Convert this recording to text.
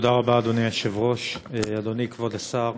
תודה רבה, אדוני היושב-ראש, אדוני כבוד השר,